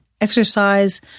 exercise